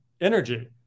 energy